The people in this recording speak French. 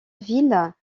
ville